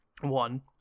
one